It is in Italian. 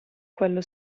quello